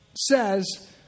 says